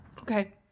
Okay